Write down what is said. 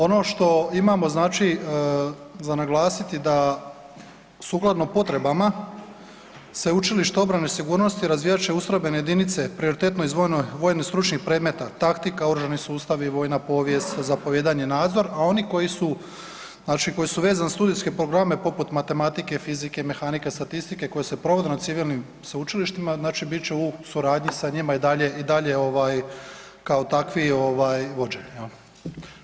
Ono što imamo, znači za naglasiti da sukladno potrebama Sveučilišta obrane i sigurnosti razvijat će ustrojbene jedinice prioritetno izdvojeno vojno stručnih predmeta taktika, oružani sustavi, vojna povijest, zapovijedanje, nadzor, a oni koji su, znači koji su vezani za studijske programe poput matematike, fizike, mehanike, statistike, koji se provode na civilnim sveučilištima, znači bit će u suradnji sa njima i dalje, i dalje ovaj, tako takvi, ovaj vođe, je li?